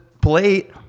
plate